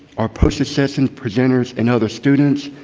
our post-assessment presenters, and other students,